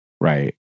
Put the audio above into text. right